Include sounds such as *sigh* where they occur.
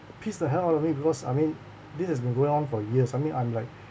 piss the hell out of me because I mean this has been going on for years I mean I'm like *breath*